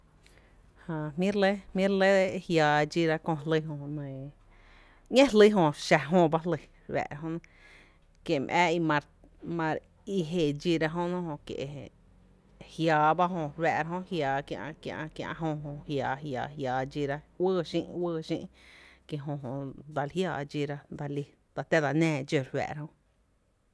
Jää jmí’ re lɇ, jmí’ re lɇ e jiaa dxíra jö jlý jö, ‘ñé jli jö xa jö ba jlý kie’ my ää í mare mar í jéeé dxíra jö nɇ, kié’ jiaa ba e jö re fáá’ra jö jiaa, kiä’, kiä’ jö jö, jiaa, jiaa dxíra uɇɇ Xï’ KIE’ JÖ Jö dal jiaá dxíra, dsa tⱥ dsa nⱥⱥ dxó re fáá’ra jö.